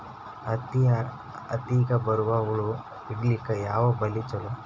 ಹತ್ತಿಗ ಬರುವ ಹುಳ ಹಿಡೀಲಿಕ ಯಾವ ಬಲಿ ಚಲೋ?